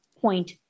point